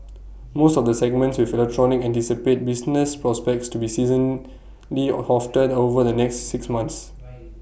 most of the segments within electronics anticipate business prospects to be seasonally of over the next six months